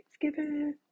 Thanksgiving